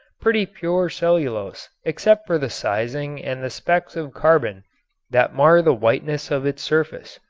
pretty pure cellulose except for the sizing and the specks of carbon that mar the whiteness of its surface.